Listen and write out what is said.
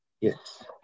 Yes